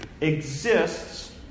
exists